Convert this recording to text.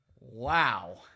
Wow